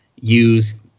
use